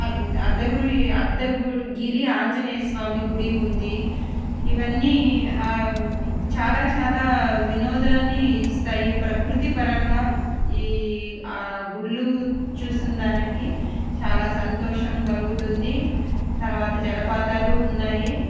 అర్థ అర్థగు అర్థగిరి ఆంజనేయస్వామి గుడి ఉంది ఇవన్నీ చాలా చాలా వినోదాన్ని ఇస్తాయి ప్రకృతి పరంగా ఈ ఆ గుళ్ళు చూసిన దానికి చాలా సంతోషం కలుగుతుంది తర్వాత జలపాతాలు ఉన్నాయి